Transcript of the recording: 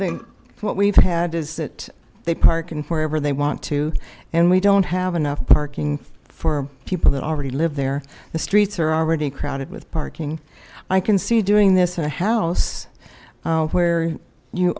they what we've had is that they park and wherever they want to and we don't have enough parking for people that already live there the streets are already crowded with parking i can see doing this a house where you